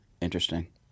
interesting